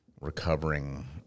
recovering